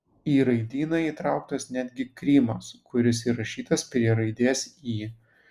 į raidyną įtrauktas netgi krymas kuris įrašytas prie raidės y